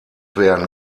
werden